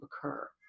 occur